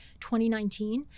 2019